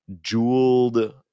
jeweled